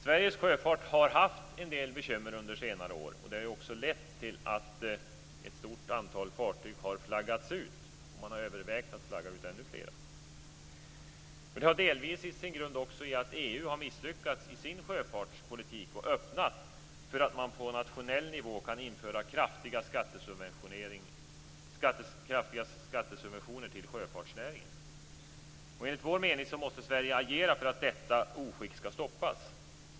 Sveriges sjöfart har haft en del bekymmer under senare år, och det har lett till att ett stort antal fartyg har flaggats ut. Man har också övervägt att flagga ut ännu fler. Detta har delvis sin grund i att EU har misslyckats med sin sjöfartspolitik och öppnat för att man på nationell nivå kan införa kraftiga skattesubventioner till sjöfartsnäringen. Enligt vår mening måste Sverige agera för att detta oskick skall stoppas.